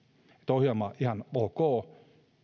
ohjelma on ihan ok